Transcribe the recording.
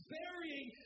burying